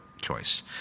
choice